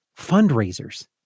fundraisers